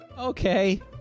Okay